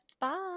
bye